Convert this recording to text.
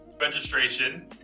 registration